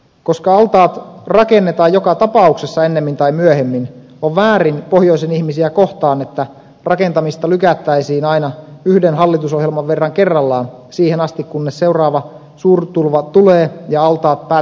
koska altaat rakennetaan joka tapauksessa ennemmin tai myöhemmin on väärin pohjoisen ihmisiä kohtaan että rakentamista lykättäisiin aina yhden hallitusohjelman verran kerrallaan siihen asti kunnes seuraava suurtulva tulee ja altaat päätetään lopulta rakentaa